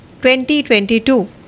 2022